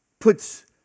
puts